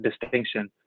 distinction